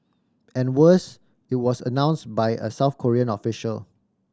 and worse it was announced by a South Korean official